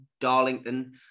Darlington